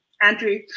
Andrew